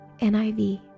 NIV